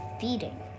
feeding